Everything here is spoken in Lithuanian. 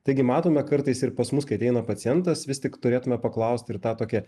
taigi matome kartais ir pas mus kai ateina pacientas vis tik turėtume paklausti ir tą tokią